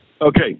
Okay